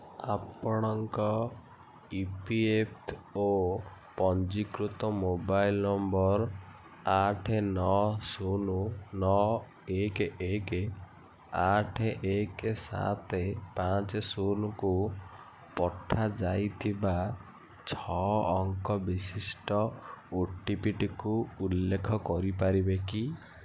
ଆପଣଙ୍କ E P F O ପଞ୍ଜୀକୃତ mobile number ଆଠ ନଅ ଶୂନ ନଅ ଏକ୍ ଏକ୍ ଆଠ ଏକ୍ ସାତ ପାଞ୍ଚ ଶୂନକୁ ପଠାଯାଇଥିବା ଛଅ ଅଙ୍କ ବିଶିଷ୍ଟ ଓଟିପିଟିକୁ ଉଲ୍ଲେଖ କରିପାରିବେ କି